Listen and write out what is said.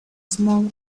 small